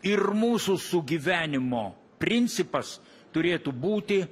ir mūsų sugyvenimo principas turėtų būti